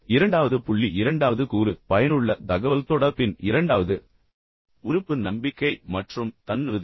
இரண்டாவது புள்ளி இரண்டாவது கூறு பயனுள்ள தகவல்தொடர்பின் இரண்டாவது உறுப்பு நம்பிக்கை மற்றும் தன்னுறுதி